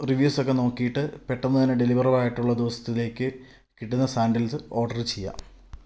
റിവ്യൂസൊക്കെ നോക്കീട്ട് പെട്ടന്ന് തന്നെ ഡെലിവറുവായിട്ടുള്ള ദിവസത്തിലേക്ക് കിട്ടുന്ന സാൻ്റല്സ്സ് ഓഡ്റ് ചെയ്യുക